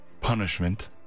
punishment